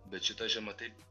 bet šita žiema taip